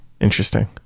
Interesting